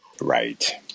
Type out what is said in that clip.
Right